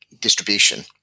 distribution